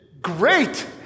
great